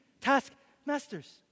taskmasters